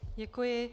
Děkuji.